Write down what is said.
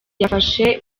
yafashe